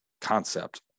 concept